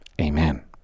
Amen